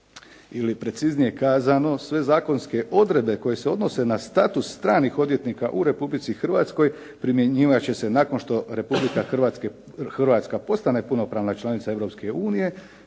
ili preciznije kazano sve zakonske odredbe koje se odnose na status stranih odvjetnika u Republici Hrvatskoj primjenjivat će se nakon što Republika Hrvatska postane punopravna članica